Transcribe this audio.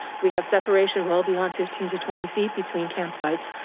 we have separation well beyond fifteen to twenty feet between campsites.